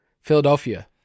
Philadelphia